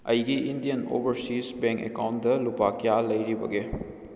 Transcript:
ꯑꯩꯒꯤ Indian Overseas Bank account ꯂꯨꯄꯥ ꯀꯌꯥ ꯂꯩꯔꯤꯕꯒꯦ